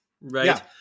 right